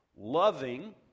Loving